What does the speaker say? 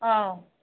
ꯑꯥ